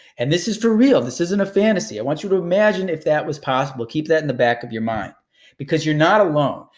and this is for real, this isn't a fantasy. i want you to imagine if that was possible. keep that in the back of your mind because you're not alone.